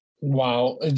Wow